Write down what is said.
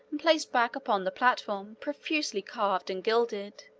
and placed back upon the platform, profusely carved and gilded.